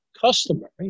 customary